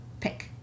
pick